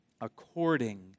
according